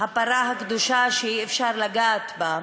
הפרה הקדושה שאי-אפשר לגעת בה,